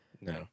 No